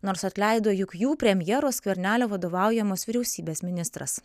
nors atleido juk jų premjero skvernelio vadovaujamos vyriausybės ministras